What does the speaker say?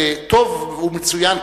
טוב ומצוין,